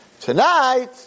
Tonight